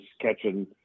catching